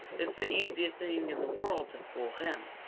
it's the easiest thing in the world to fool him.